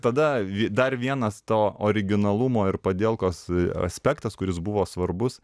tada dar vienas to originalumo ir padielkos aspektas kuris buvo svarbus